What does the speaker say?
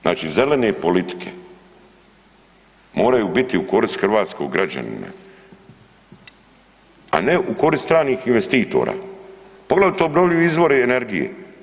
Znači zelene politike moraju biti u korist hrvatskim građanima, a ne u korist stranih investitora, poglavito obnovljivi izvori energije.